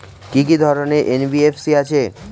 কি কি ধরনের এন.বি.এফ.সি আছে?